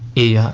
e